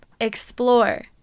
explore